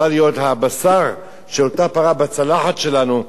הבשר של אותה פרה יכול להיות בצלחת שלנו,